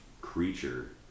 creature